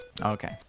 Okay